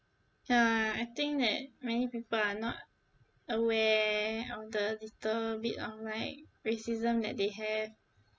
ya I think that many people are not aware of the little bit of like racism that they have